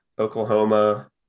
Oklahoma